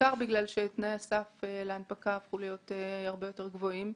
בעיקר בגלל שתנאי הסף להנפקה הפכו להיות הרבה יותר גבוהים.